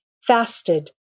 fasted